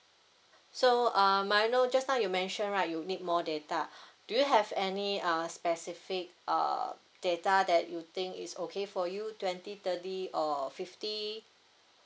so uh may I know just now you mentioned right you need more data do you have any uh specific uh data that you think is okay for you twenty thirty or fifty